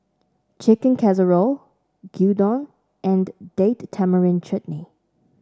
Chicken Casserole Gyudon and Date Tamarind Chutney